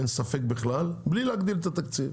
אין ספק בכלל, בלי להגדיל את התקציב.